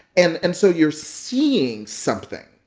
and and so you're seeing something,